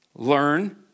Learn